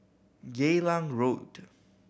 Geylang Road